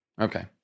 Okay